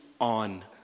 on